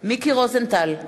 מיקי רוזנטל,